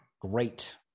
great